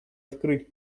открыть